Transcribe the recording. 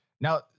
Now